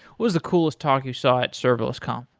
was the coolest talk you saw at serverlessconf?